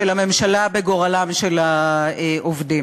של הממשלה בגורלם של העובדים.